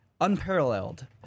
unparalleled